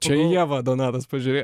čia į ievą donatas pažiūrėjo